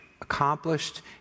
accomplished